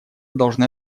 должны